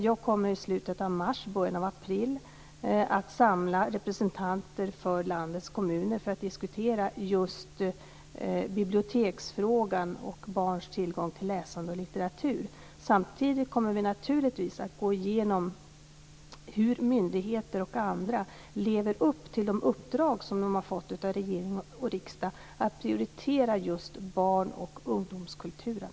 Jag kommer i slutet av mars och i början av april att samla representanter för landets kommuner för att diskutera just biblioteksfrågan och barns tillgång till läsande och litteratur. Samtidigt kommer vi naturligtvis att gå igenom hur myndigheter och andra lever upp till de uppdrag som de har fått av regering och riksdag att prioritera just barn och ungdomskulturen.